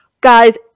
Guys